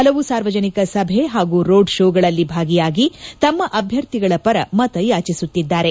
ಹಲವು ಸಾರ್ವಜನಿಕ ಸಭೆ ಹಾಗೂ ರೋಡ್ ಶೋ ಗಳಲ್ಲಿ ಭಾಗಿಯಾಗಿ ತಮ್ಮ ಅಭ್ಯರ್ಥಿಗಳ ಪರ ಮತ ಯಾಚಿಸುತ್ತಿದ್ದಾರೆ